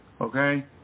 Okay